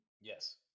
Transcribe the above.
Yes